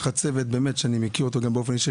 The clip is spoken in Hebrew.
יש לך צוות שאני מכיר אותו גם באופן אישי,